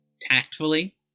tactfully